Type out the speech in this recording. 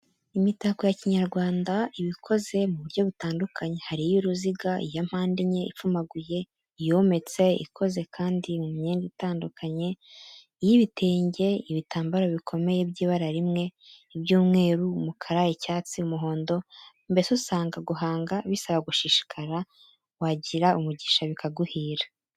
Imitako ya Kinyarwanda iba ikomeze mu buryo bitandukanye, hari iy'uruziga, iya mpande enye ipfumaguye, iyometse, ikoze kandi mu myenda itandukanye, iy'ibitenge, ibitambaro bikomeye by'ibara rimwe, iby'umweru n'umukara, icyatsi, umuhondo, mbese usanga guhanga bisaba gushishikara, wagira umugisha bikaguhira.